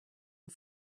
and